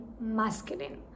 masculine